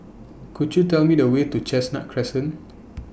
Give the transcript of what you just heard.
Could YOU Tell Me The Way to Chestnut Crescent